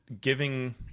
giving